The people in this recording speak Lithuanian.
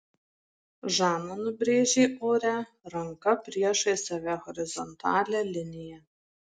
žana nubrėžė ore ranka priešais save horizontalią liniją